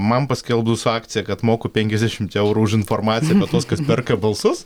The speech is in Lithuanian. man paskelbus akciją kad moku penkiasdešimt eurų už informaciją kad perka balsus